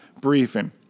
briefing